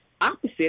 opposite